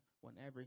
whenever